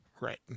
Right